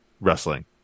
wrestling